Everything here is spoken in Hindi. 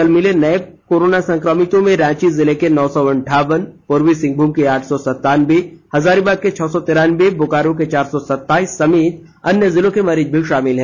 कल मिले नए संक्रमितों में रांची जिले के नौ सौ अन्ठावन पूर्वी सिंहभूम के आठ सौ संतानबे हजारीबाग के छह सौ तिरानबे बोकारो के चार सौ सत्ताईस सहित अन्य जिलों के मरीज शामिल हैं